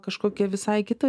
kažkokia visai kita